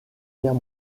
guerre